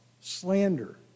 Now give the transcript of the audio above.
slander